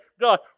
God